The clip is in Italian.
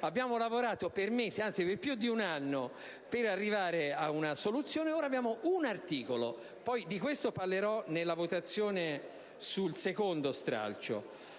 Abbiamo lavorato per mesi, anzi per più di un anno, per arrivare a una soluzione, ed ora abbiamo un articolo. Di questo parlerò in occasione della votazione